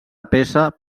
peça